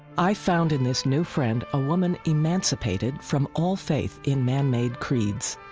i found in this new friend a woman emancipated from all faith in man-made creeds,